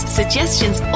suggestions